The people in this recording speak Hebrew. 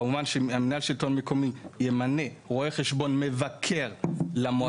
כמובן שמינהל שלטון מקומי ימנה רואה חשבון מבקר למועצה.